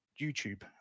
youtube